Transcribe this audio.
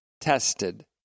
tested